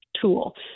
tool